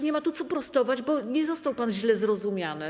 Nie ma co prostować, bo nie został pan źle zrozumiany.